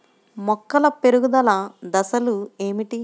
మొక్కల పెరుగుదల దశలు ఏమిటి?